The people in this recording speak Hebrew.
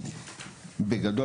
בגדול,